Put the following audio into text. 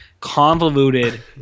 convoluted